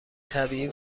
طبیعی